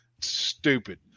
Stupid